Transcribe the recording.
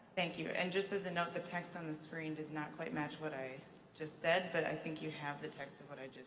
thank you. and just as a note the text on the screen does not quite match what i just said but i think you have the text of what i